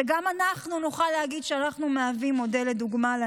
שגם אנחנו נוכל להגיד שאנחנו מהווים להם מודל ודוגמה.